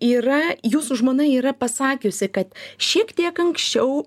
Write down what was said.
yra jūsų žmona yra pasakiusi kad šiek tiek anksčiau